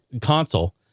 console